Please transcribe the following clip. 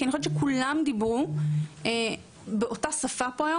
כי אני חושבת שכולם פה דיברו היום באותה שפה,